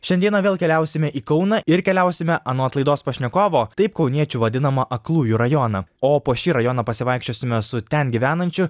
šiandieną vėl keliausime į kauną ir keliausime anot laidos pašnekovo taip kauniečių vadinamą aklųjų rajoną o po šį rajoną pasivaikščiosime su ten gyvenančiu